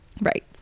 right